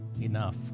enough